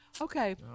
Okay